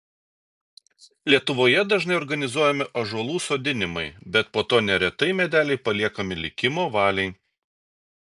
lietuvoje dažnai organizuojami ąžuolų sodinimai bet po to neretai medeliai paliekami likimo valiai